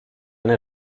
eine